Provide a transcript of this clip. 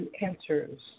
answers